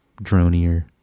dronier